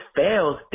fails